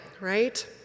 right